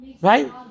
Right